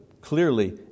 clearly